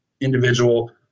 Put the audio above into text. individual